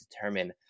determine